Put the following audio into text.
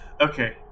Okay